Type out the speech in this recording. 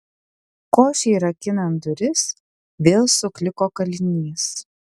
košei rakinant duris vėl sukliko kalinys